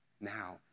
now